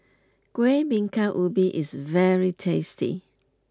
Kueh Bingka Ubi is very tasty